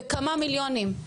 בכמה מיליונים,